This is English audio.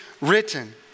written